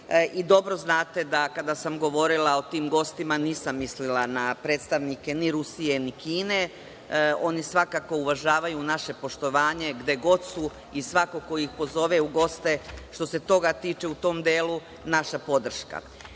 dobro znate da kada sam govorila o tim gostima nisam mislila na predstavnike ni Rusije, ni Kine. Oni svakako uvažavaju naše poštovanje gde god su i svako ko ih pozove u goste, što se toga tiče, u tom delu naša podrška. Što